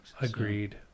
Agreed